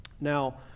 now